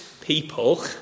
people